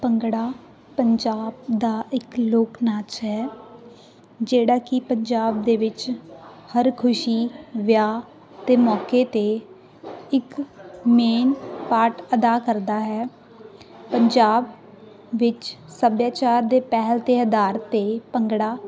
ਭੰਗੜਾ ਪੰਜਾਬ ਦਾ ਇੱਕ ਲੋਕ ਨਾਚ ਹੈ ਜਿਹੜਾ ਕਿ ਪੰਜਾਬ ਦੇ ਵਿੱਚ ਹਰ ਖੁਸ਼ੀ ਵਿਆਹ ਦੇ ਮੌਕੇ 'ਤੇ ਇੱਕ ਮੇਨ ਪਾਰਟ ਅਦਾ ਕਰਦਾ ਹੈ ਪੰਜਾਬ ਵਿੱਚ ਸੱਭਿਆਚਾਰ ਦੇ ਪਹਿਲ ਦੇ ਆਧਾਰ 'ਤੇ ਭੰਗੜਾ